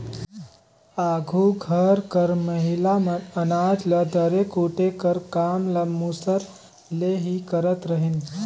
आघु घर कर महिला मन अनाज ल दरे कूटे कर काम ल मूसर ले ही करत रहिन